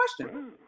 question